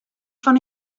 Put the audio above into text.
fan